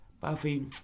Buffy